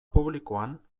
publikoan